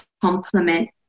complement